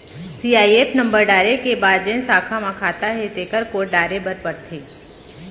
CIF number डारे के बाद जेन साखा म खाता हे तेकर कोड डारे बर परथे